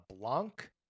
Blanc